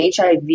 HIV